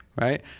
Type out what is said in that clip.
right